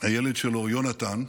הילד שלו, יונתן,